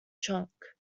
trunk